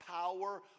power